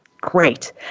Great